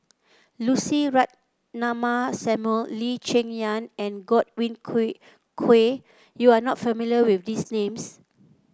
Lucy Ratnammah Samuel Lee Cheng Yan and Godwin Koay Koay you are not familiar with these names